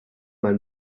mal